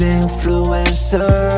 influencer